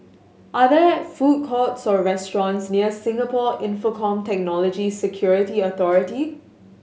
are there food courts or restaurants near Singapore Infocomm Technology Security Authority